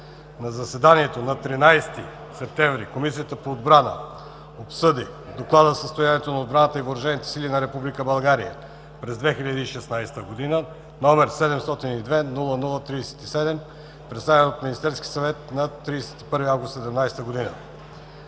На заседание на 13 септември 2017 г. Комисията по отбрана обсъди Доклад за състоянието на отбраната и въоръжените сили на Република България през 2016 г., 702-00-37, представен от Министерския съвет на 31 август 2017 г.